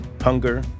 hunger